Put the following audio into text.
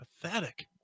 pathetic